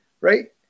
right